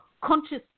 conscious